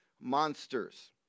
Monsters